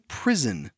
prison